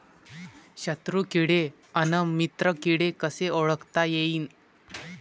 शत्रु किडे अन मित्र किडे कसे ओळखता येईन?